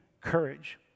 courage